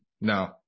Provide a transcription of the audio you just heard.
No